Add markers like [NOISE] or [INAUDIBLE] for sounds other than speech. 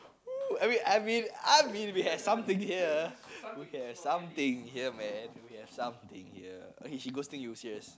[NOISE] I mean we have something here we have something here man we have something here oh she ghosting you serious